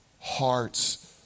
hearts